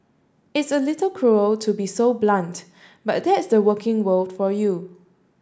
it's a little cruel to be so blunt but that's the working world for you